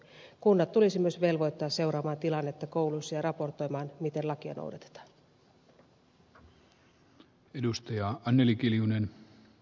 kunnat tulisi myös velvoittaa seuraamaan tilannetta kouluissa ja raportoimaan miten lakia noudatetaan